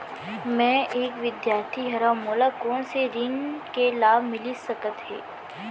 मैं एक विद्यार्थी हरव, मोला कोन से ऋण के लाभ मिलिस सकत हे?